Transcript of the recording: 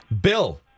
Bill